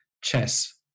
chess